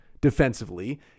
defensively